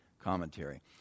commentary